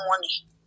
money